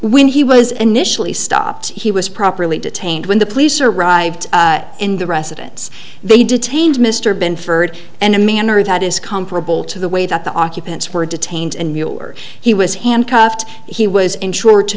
when he was initially stopped he was properly detained when the police arrived in the residence they detained mr binford and a manner that is comparable to the way that the occupants were detained and mueller he was handcuffed he was insured to